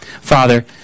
Father